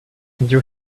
you